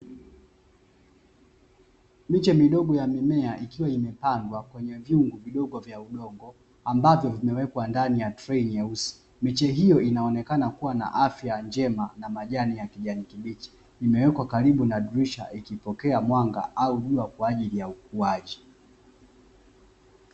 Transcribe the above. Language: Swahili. Miche midogo ya mimea ikiwa imepandwa kwenye vyungu vidogo vya udongo ambavyo vimewekwa ndani ya trei nyeusi. Miche hiyo inaonekana kuwa na afya njema na majani ya kijani kibichi imewekwa karibu na dirisha ikipokea mwanga au jua kwa ajili ya ukuaji.